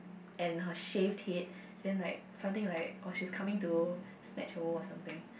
and her shaved head then like something like oh she's coming to snatch a role or something